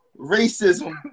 Racism